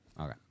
Okay